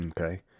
Okay